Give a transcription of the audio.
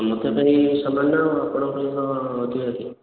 ସମସ୍ତଙ୍କ ପାଇଁ ଏହି ସମାନ ଆଉ ଆପଣଙ୍କ ପାଇଁ କ'ଣ ରିହାତି